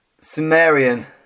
Sumerian